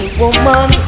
woman